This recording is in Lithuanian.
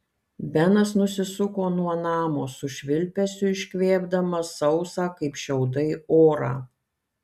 benas nusisuko nuo namo su švilpesiu iškvėpdamas sausą kaip šiaudai orą